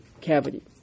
cavity